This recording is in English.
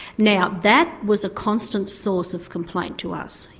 now that was a constant source of complaint to us,